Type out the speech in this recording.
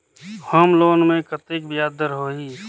Home loan मे कतेक ब्याज दर होही?